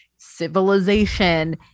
civilization